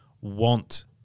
want